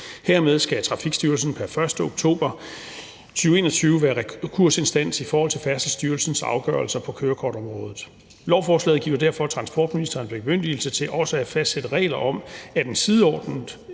Hermed skal Trafikstyrelsen pr. 1. oktober 2021 være rekursinstans i forhold til Færdselsstyrelsens afgørelser på kørekortområdet. Lovforslaget giver derfor transportministeren bemyndigelse til også at fastsætte regler om, at den sideordnede